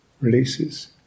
releases